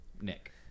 Nick